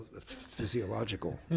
physiological